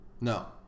No